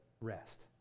rest